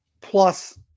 plus